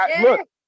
Look